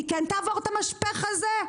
היא כן תעבור את המשפך הזה?